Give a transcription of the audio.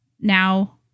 Now